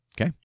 Okay